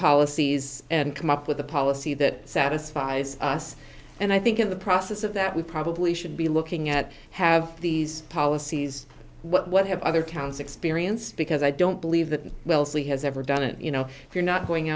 policies and come up with a policy that satisfies us and i think in the process of that we probably should be looking at have these policies what have other towns experience because i don't believe that wellesley has ever done it you know if you're not going